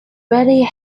rarely